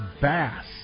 bass